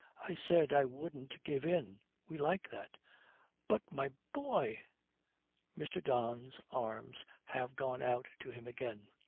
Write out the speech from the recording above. i said i wouldn't give in we like that but, my boy mr. don's arms have gone out to him again.